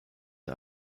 der